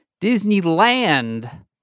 Disneyland